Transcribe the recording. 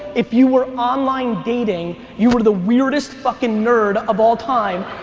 if you were online dating, you were the weirdest fuckin' nerd of all time,